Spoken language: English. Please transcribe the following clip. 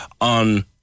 on